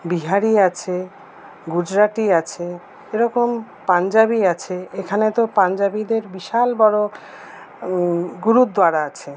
বিহারি আছে গুজরাটি আছে এরকম পাঞ্জাবি আছে এখানে তো পাঞ্জাবিদের বিশাল বড়ো গুরুদুয়ারা আছে